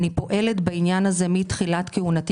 אבל אני פועלת בעניין הזה מתחילת כהונתי